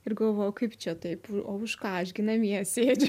ir galvoju o kaip čia taip o už ką aš gi namie sėdžiu